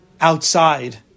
outside